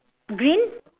green